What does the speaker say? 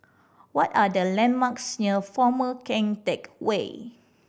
what are the landmarks near Former Keng Teck Whay